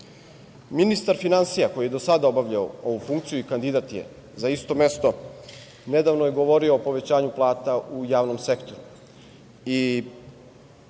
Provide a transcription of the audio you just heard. Ministar finansija koji je do sada obavljao ovu funkciju i kandidat je za isto mesto, nedavno je govorio o povećanju plata u javnom sektoru.